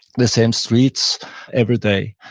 the same streets every day.